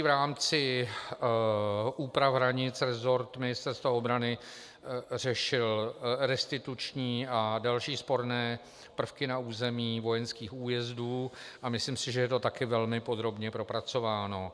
V rámci úprav hranic resort Ministerstva obrany řešil restituční a další sporné prvky na území vojenských újezdů a myslím si, že je to také velmi podrobně propracováno.